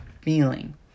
feeling